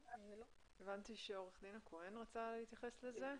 הבנתי שעורך דין הכהן רצה להתייחס לזה.